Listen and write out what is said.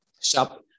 shop